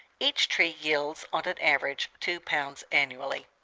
each tree yields on an average two pounds annually.